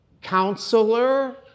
counselor